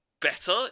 better